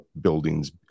buildings